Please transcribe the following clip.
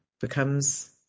becomes